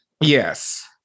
Yes